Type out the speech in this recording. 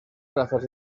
razas